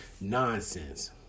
nonsense